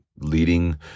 leading